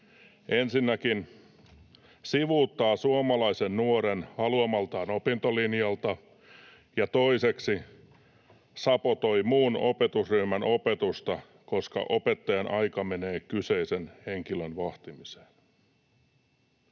ensinnäkin sivuuttaa suomalaisen nuoren haluamaltaan opintolinjalta ja toiseksi sabotoi muun opetusryhmän opetusta, koska opettajan aika menee kyseisen henkilön vahtimiseen.